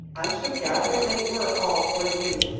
i should gather they were all for you,